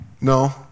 No